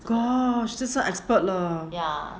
gosh 这是 expert 了